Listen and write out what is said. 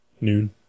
Noon